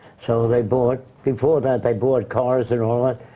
so, they bought before that, they bought cars and all that,